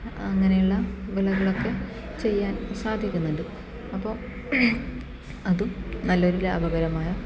അങ്ങനെയുള്ള വിളകളൊക്കെ ചെയ്യാൻ സാധിക്കുന്നുണ്ട് അപ്പോൾ അതും നല്ലൊരു ലാഭകരമായ